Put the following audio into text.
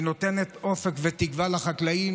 היא נותנת אופק ותקווה לחקלאים,